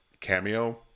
cameo